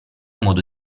modo